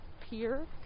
pier